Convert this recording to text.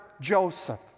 Joseph